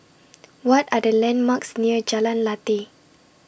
What Are The landmarks near Jalan Lateh